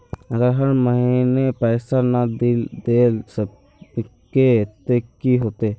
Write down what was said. अगर हर महीने पैसा ना देल सकबे ते की होते है?